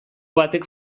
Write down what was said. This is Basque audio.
batek